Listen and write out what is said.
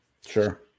Sure